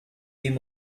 aim